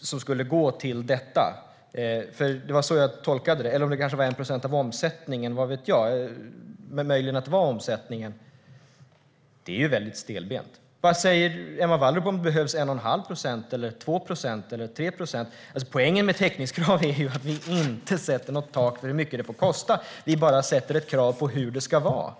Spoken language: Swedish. skulle gå till detta - det var i alla fall så jag tolkade det, eller möjligen var det 1 procent av omsättningen - är väldigt stelbent. Vad säger Emma Wallrup om det behövs 1,5 procent, 2 procent eller 3 procent? Poängen med täckningskravet är ju att vi inte sätter något tak för hur mycket det får kosta. Vi sätter bara ett krav på hur det ska vara.